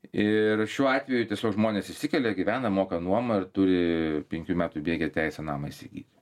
ir šiuo atveju tiesiog žmonės išsikelia gyvena moka nuomą ir turi penkių metų bėgyje teisę namą įsigyti